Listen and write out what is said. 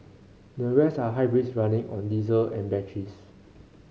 the rest are hybrids running on diesel and batteries